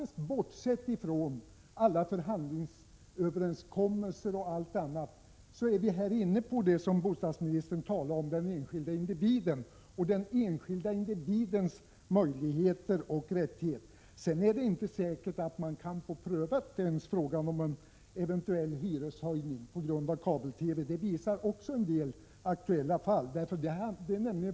Vi är ju här, bortsett från förhandlingsöverenskommelser och annat, inne på det som bostadsministern talade om, nämligen den enskilde individens möjligheter och rättigheter. Sedan är det inte säkert att man ens kan få prövad frågan om en eventuell hyreshöjning på grund av kabel-TV — det visar också en del aktuella fall.